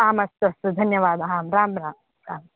आमस्तु अस्तु धन्यवादः राम राम राम